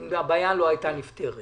אם הבעיה לא הייתה נפתרת.